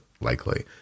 likely